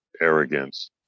arrogance